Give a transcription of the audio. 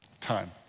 time